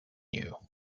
you